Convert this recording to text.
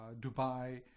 Dubai